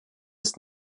ist